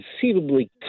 conceivably